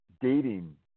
dating